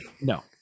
No